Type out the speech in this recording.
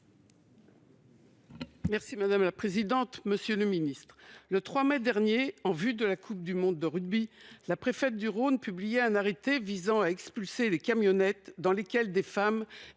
et des outre-mer. Monsieur le ministre, le 3 mai dernier, en vue de la Coupe du monde de rugby, la préfète du Rhône publiait un arrêté visant à expulser les camionnettes dans lesquelles des femmes